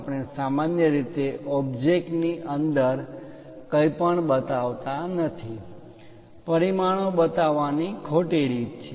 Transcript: આપણે સામાન્ય રીતે ઓબ્જેક્ટ ની અંદર કંઈપણ બતાવતા નથી જે અંદર પરિમાણો બતાવવાની પરિમાણો બતાવવાની ખોટી રીત છે